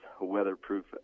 weatherproof